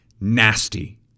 nasty